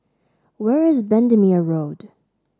where is Bendemeer Road